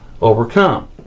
overcome